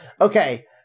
okay